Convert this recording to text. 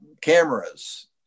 cameras